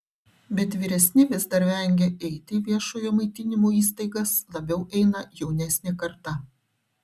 bet vyresni vis dar vengia eiti į viešojo maitinimo įstaigas labiau eina jaunesnė karta